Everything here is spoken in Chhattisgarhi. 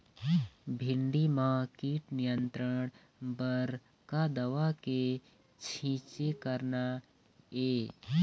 भिंडी म कीट नियंत्रण बर का दवा के छींचे करना ये?